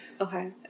okay